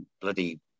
bloody